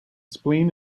spleen